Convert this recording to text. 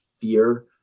fear